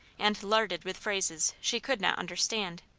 and larded with phrases she could not understand.